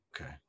okay